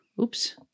oops